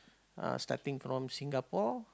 uh starting from Singapore